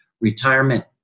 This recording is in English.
retirement